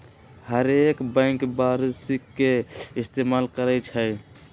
हरेक बैंक वारषिकी के इस्तेमाल करई छई